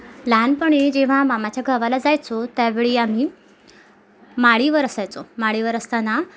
लहानपणी जेव्हा मामाच्या गावाला जायचो त्यावेळी आम्ही माडीवर असायचो माडीवर असताना